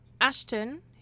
Ashton